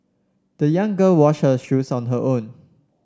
the young girl wash her shoes on her own